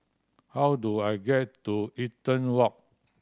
how do I get to Eaton Walk